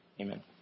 Amen